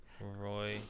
Roy